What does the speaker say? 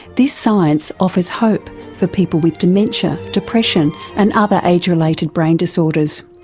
this science offers hope for people with dementia, depression, and other age-related brain disorders.